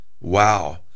Wow